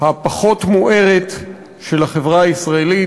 הפחות מוארת של החברה הישראלית.